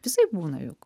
visaip būna juk